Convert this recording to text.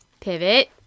Pivot